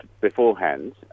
beforehand